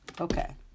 Okay